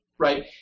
right